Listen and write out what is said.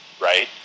Right